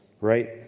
right